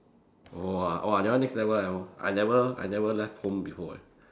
!whoa! !wah! that one next level leh I never I never left home before leh